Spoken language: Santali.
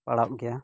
ᱯᱟᱲᱟᱜ ᱜᱮᱭᱟ